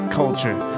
culture